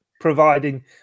Providing